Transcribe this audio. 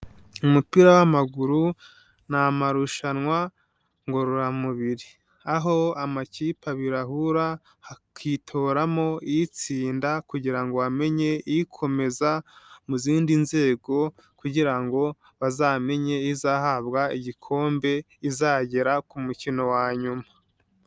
Umupira w'amaguru ni amarushanwa ngororamubiri, aho amakipe abihura hakitoramo iyitsinda kugira ngo bamenye ikomeza mu zindi nzego kugira ngo bazamenye izahabwa igikombe, izagera ku mukino wa nyuma.